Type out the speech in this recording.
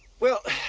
well,